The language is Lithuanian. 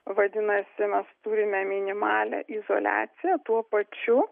vadinasi mes turime minimalią izoliaciją tuo pačiu